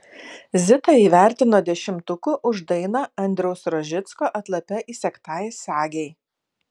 zitą įvertino dešimtuku už dainą andriaus rožicko atlape įsegtai sagei